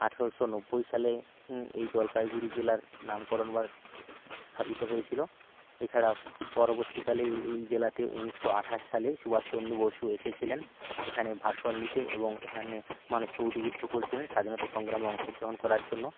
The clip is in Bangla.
আঠারোশো নব্বই সালে এই জলপাইগুড়ি জেলার নামকরণ স্থাপিত হয়েছিল এছাড়া পরবর্তীকালে এই জেলাতে উনিশশো আটাশ সালে সুভাষচন্দ্র বসু এসেছিলেন এখানে ভাষণ দিতে এবং এখানে মানুষকে উদ্বুদ্ধ করেছিলেন স্বাধীনতা সংগ্রামে অংশগ্রহণ করার জন্য